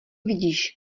vidíš